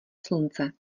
slunce